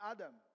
Adam